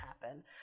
happen